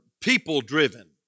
people-driven